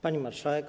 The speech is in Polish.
Pani Marszałek!